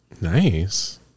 Nice